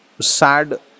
sad